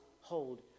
hold